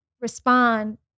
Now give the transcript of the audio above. respond